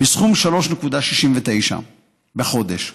בסכום של 3.69 שקלים בחודש,